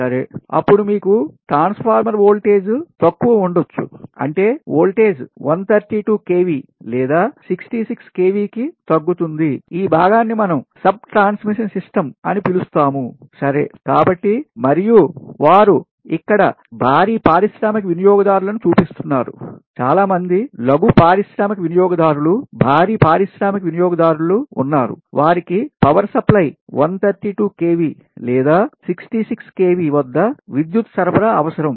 సరేఅప్పుడు మీకు transformer voltage తక్కువ ఉండొచ్చు అంటే వోల్టేజ్ 132 kV లేదా 66 kV కి తగ్గుతుంది ఈ భాగాన్ని మనం sub transmission system అని పిలుస్తాము సరే కాబట్టి మరియు వారు ఇక్కడ భారీ పారిశ్రామిక వినియోగదారులను చూపిస్తున్నారు చాలా మంది లఘు పారిశ్రామిక వినియోగదారులు భారీ పారిశ్రామిక వినియోగదారులు ఉన్నారు వారికి పవర్ సప్లై 132 kV లేదా 66 kV వద్ద విద్యుత్ సరఫరా అవసరం